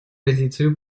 позицию